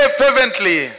fervently